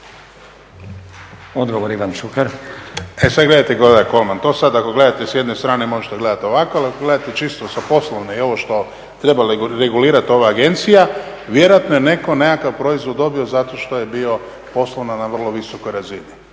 **Šuker, Ivan (HDZ)** E sad gledajte kolega Kolman, to sad ako gledate s jedne strane možete gledati ovako ali gledajte čisto sa poslovne i ovo što treba regulirati ova agencija. Vjerojatno je netko nekakav proizvod dobio zato što je bio poslovno na vrlo visokoj razini.